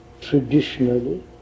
traditionally